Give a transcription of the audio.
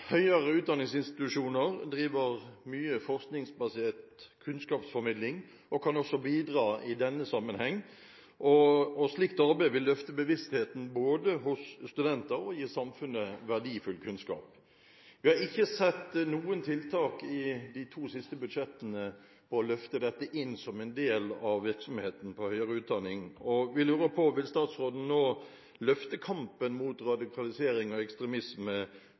høyere utdanningsinstitusjoner driver mye forskningsbasert kunnskapsformidling, og kan også bidra i denne sammenheng. Slikt arbeid vil både løfte bevisstheten hos studenter og gi samfunnet verdifull kunnskap. Vi har ikke sett noe tiltak i de to siste budsjettene for å løfte dette inn som en del av virksomheten på høyere utdanning, og vi lurer på: Vil statsråden nå løfte kampen mot radikalisering av ekstremisme